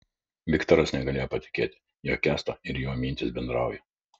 viktoras negalėjo patikėti jog kęsto ir jo mintys bendrauja